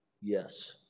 Yes